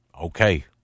Okay